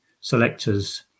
selectors